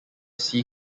see